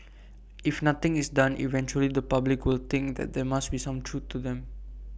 if nothing is done eventually the public will think that there must be some truth to them